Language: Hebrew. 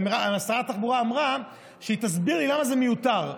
אלא שרת התחבורה אמרה שהיא תסביר לי למה זה מיותר.